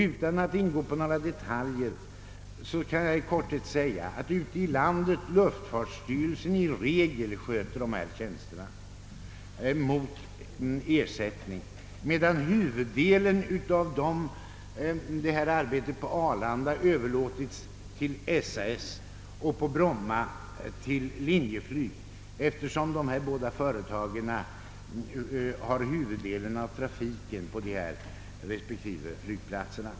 Utan att ingå på några detaljer kan jag i korthet nämna att ute i landet luftfartsstyrelsen i regel sköter dessa tjänster mot ersättning, medan huvuddelen av detta arbete på Arlanda överlåtits till SAS och på Bromma till Linjeflyg, eftersom dessa båda företag svarar för huvuddelen av trafiken på respektive flygplats.